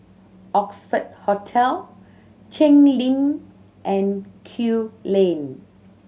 Oxford Hotel Cheng Lim and Kew Lane